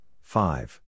five